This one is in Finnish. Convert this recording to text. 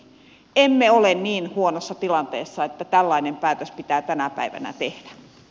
emme ole niin huonossa tilanteessa että tällainen päätös pitää tänä päivänä tehdä